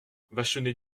vachonnet